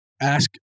Ask